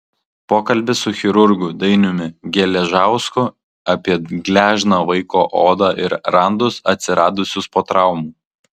pokalbis su chirurgu dainiumi geležausku apie gležną vaiko odą ir randus atsiradusius po traumų